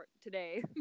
today